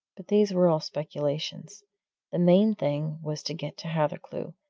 but these were all speculations the main thing was to get to hathercleugh,